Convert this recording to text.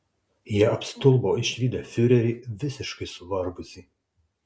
jie apstulbo išvydę fiurerį visiškai suvargusį